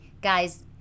guys